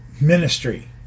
ministry